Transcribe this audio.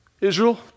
Israel